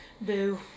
Boo